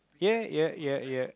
ya ya ya ya